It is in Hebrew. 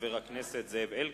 חבר הכנסת זאב אלקין,